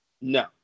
No